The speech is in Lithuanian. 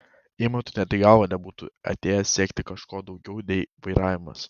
eimantui net į galvą nebūtų atėję siekti kažko daugiau nei vairavimas